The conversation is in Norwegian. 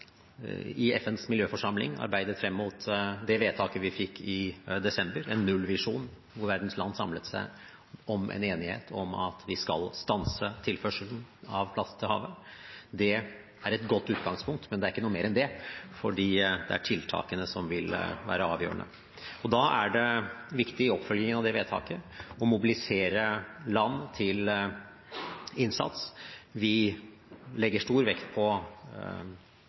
fikk i desember, en nullvisjon der verdens land samlet seg om en enighet om at vi skal stanse tilførselen av plast til havet. Det er et godt utgangspunkt, men det er ikke noe mer enn det, for det er tiltakene som vil være avgjørende. Da er en viktig oppfølging av det vedtaket å mobilisere land til innsats. Vi legger i den sammenhengen stor vekt på